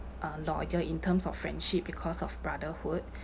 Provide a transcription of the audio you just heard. uh loyal in terms of friendship because of brotherhood